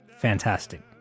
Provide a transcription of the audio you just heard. fantastic